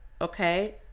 okay